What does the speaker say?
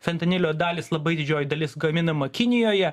fentanilio dalys labai didžioji dalis gaminama kinijoje